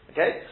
Okay